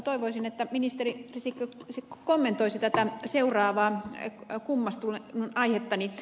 toivoisin että ministeri risikko kommentoisi tätä seuraavaa kummastelun aihettani